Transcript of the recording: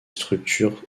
structures